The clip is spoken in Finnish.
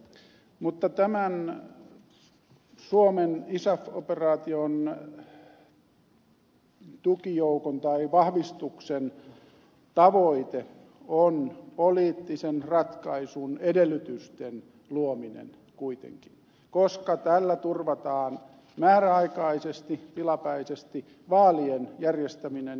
mutta tämän suomen isaf operaation tukijoukon tai vahvistuksen tavoite on kuitenkin poliittisen ratkaisun edellytysten luominen koska tällä turvataan määräaikaisesti tilapäisesti vaalien järjestäminen